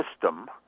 system